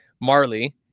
Marley